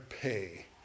pay